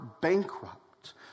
bankrupt